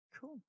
Cool